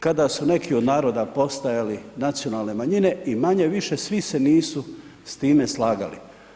Kada su neki od naroda postojali nacionalne manjine i manje-više svi se nisu s time slagali.